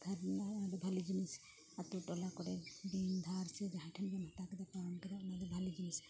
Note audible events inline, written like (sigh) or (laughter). ᱩᱫᱽᱫᱷᱟᱨ ᱱᱟᱭ ᱟᱹᱰᱤ ᱵᱷᱟᱞᱮ ᱡᱤᱱᱤᱥ ᱟᱛᱳ ᱴᱚᱞᱟ ᱠᱚᱨᱮ ᱨᱤᱱ ᱫᱷᱟᱨ ᱥᱮ ᱡᱟᱦᱟᱭ ᱴᱷᱮᱡ ᱮᱢ ᱦᱟᱛᱟᱣ ᱠᱮᱫᱟᱢ ᱥᱮ ᱧᱟᱢ ᱠᱮᱫᱟᱢ ᱚᱱᱟ ᱫᱚ (unintelligible) ᱵᱷᱟᱞᱮ ᱡᱤᱱᱤᱥ